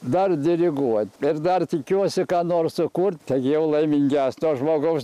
dar diriguot ir dar tikiuosi ką nors sukurti jau laimingesnio žmogaus